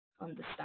understand